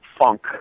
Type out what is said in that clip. funk